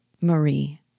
Marie